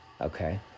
Okay